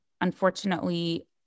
unfortunately